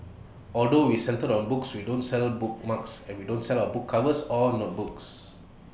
although we're centred on books we don't sell bookmarks we don't sell book covers or notebooks